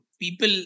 people